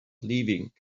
leaving